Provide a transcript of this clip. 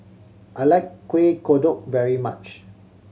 I like Kueh Kodok very much